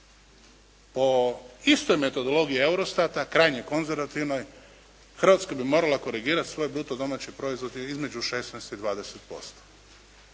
O istoj metodologiji EUROSTAT-a krajnje konzervantivnoj Hrvatska bi morala korigirati svoj bruto domaći proizvod između 16 i 20%.